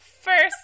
first